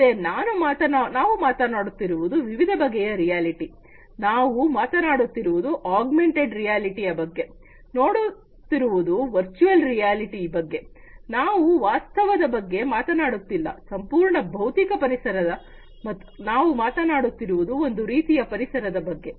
ಮತ್ತೆ ನಾವು ಮಾತನಾಡುತ್ತಿರುವುದು ವಿವಿಧ ಬಗೆಯ ರಿಯಾಲಿಟಿ ನಾವು ಮಾತನಾಡುತ್ತಿರುವುದು ಆಗ್ಮೆಂಟೆಡ್ ರಿಯಾಲಿಟಿ ಯ ಬಗ್ಗೆ ನೋಡುತ್ತಿರುವುದು ವರ್ಚುವಲ್ ರಿಯಾಲಿಟಿ ಬಗ್ಗೆ ನಾವು ವಾಸ್ತವ್ಯದ ಬಗ್ಗೆ ಮಾತನಾಡುತ್ತಿಲ್ಲ ಸಂಪೂರ್ಣ ಭೌತಿಕ ಪರಿಸರ ನಾವು ಮಾತನಾಡುತ್ತಿರುವುದು ಒಂದು ರೀತಿಯ ಪರಿಸರದ ಬಗ್ಗೆ